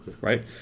right